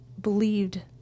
believed